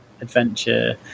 adventure